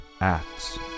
acts